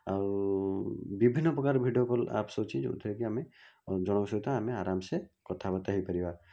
ଆଉ ବିଭିନ୍ନ ପ୍ରକାର ଭିଡ଼ିଓ କଲ୍ ଆପ୍ସ୍ ଅଛି ଯୋଉଥିରେ କି ଆମେ ଜଣକ ସହିତ ଆମେ ଆରାମସେ କଥାବାର୍ତ୍ତା ହେଇପାରିବା